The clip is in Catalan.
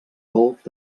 golf